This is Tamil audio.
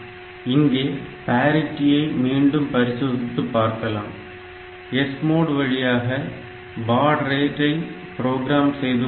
இங்கே பாரிட்டியை மீண்டும் பரிசோதித்து பார்க்கலாம் SMOD வழியாக பாட் ரேட்டை புரோகிராம் செய்து கொள்ளலாம்